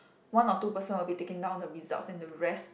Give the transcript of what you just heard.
one or two person will be taking down the results and the rest